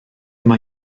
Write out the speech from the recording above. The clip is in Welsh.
mae